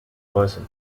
person